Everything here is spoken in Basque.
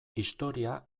historia